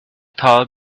toll